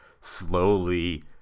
slowly